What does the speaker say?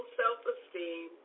self-esteem